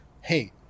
Hey